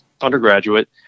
undergraduate